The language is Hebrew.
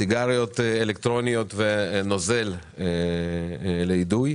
סיגריות אלקטרוניות ונוזל לאידוי.